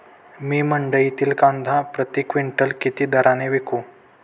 मी मंडईतील कांदा प्रति क्विंटल किती दराने विकू?